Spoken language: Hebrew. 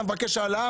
אתה מבקש העלאה?